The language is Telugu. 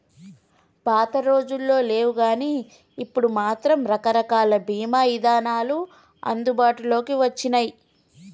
పాతరోజుల్లో లేవుగానీ ఇప్పుడు మాత్రం రకరకాల బీమా ఇదానాలు అందుబాటులోకి వచ్చినియ్యి